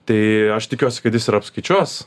tai aš tikiuosi kad jis ir apskaičiuos